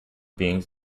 beings